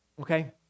okay